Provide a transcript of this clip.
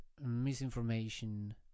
misinformation